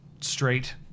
straight